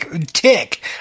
tick